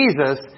Jesus